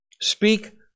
Speak